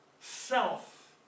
self